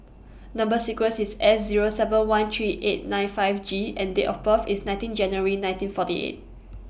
Number sequence IS S Zero seven one three eight nine five G and Date of birth IS nineteen January nineteen forty eight